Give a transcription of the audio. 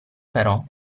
però